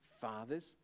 fathers